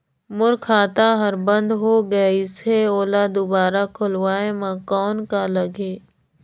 मोर खाता हर बंद हो गाईस है ओला दुबारा खोलवाय म कौन का लगही?